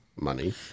money